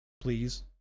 Please